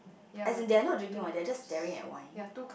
as in they are not drinking wine they are just staring at wine